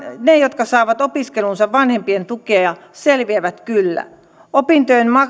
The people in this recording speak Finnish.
ne jotka saavat opiskeluunsa vanhempien tukea selviävät kyllä opintojen